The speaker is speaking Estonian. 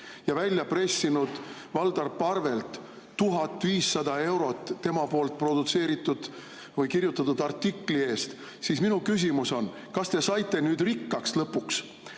ja välja pressinud Valdar Parvelt 1500 eurot tema produtseeritud või kirjutatud artikli eest, siis minu küsimus on: kas te saite nüüd rikkaks lõpuks?